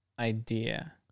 idea